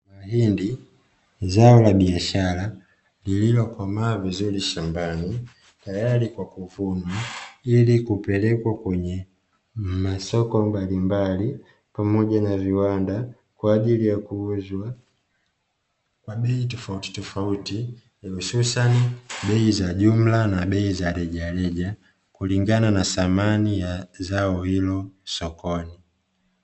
Hindi, zao la biashara lililokomaa vizuri shambani, tayari kwa kuvunwa ili kupelekwa kwenye masoko mbalimbali pamoja na viwanda, kwa ajili ya kuuzwa kwa bei tofautitofauti hususani bei za jumla na bei za rejareja, kulingana na thamani ya zao hilo sokoni.